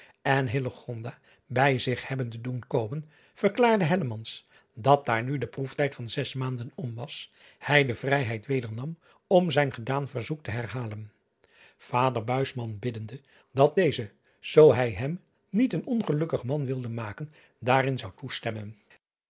en bij zich hebbende doen komen verklaarde dat daar nu de proeftijd van zes maanden om was hij de vrijheid weder nam om zijn gedaan verzoek te herhalen vader biddende dat deze driaan oosjes zn et leven van illegonda uisman zoo hij hem niet een ongelukkig man wilde maken daarin zou toestemmen